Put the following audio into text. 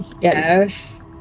Yes